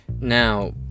Now